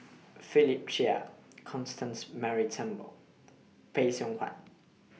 Philip Chia Constance Mary Turnbull Phay Seng Whatt